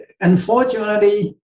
unfortunately